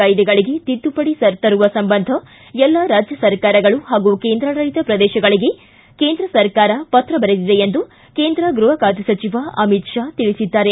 ಕಾಯ್ದೆಗಳಿಗೆ ತಿದ್ದುಪಡಿ ತರುವ ಸಂಬಂಧ ಎಲ್ಲ ರಾಜ್ಯ ಸರ್ಕಾರಗಳು ಹಾಗೂ ಕೇಂದ್ರಾಡಳಿತ ಪ್ರದೇಶಗಳಿಗೆ ಕೇಂದ್ರ ಸರ್ಕಾರ ಪತ್ರ ಬರೆದಿದೆ ಎಂದು ಕೇಂದ್ರ ಗೃಹ ಖಾತೆ ಸಚಿವ ಅಮಿತ್ ಶಾ ತಿಳಿಸಿದ್ದಾರೆ